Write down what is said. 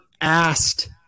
asked